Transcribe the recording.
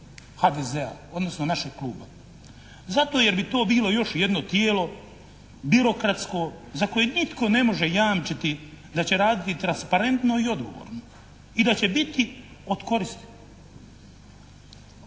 HDZ-a, odnosno našeg kluba, zato jer bi to bilo još jedno tijelo birokratsko, za koje nitko ne može jamčiti da će raditi transparentno i odgovorno i da će biti od koristi.